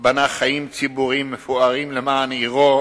גיסא בנה חיים ציבוריים מפוארים למען עירו,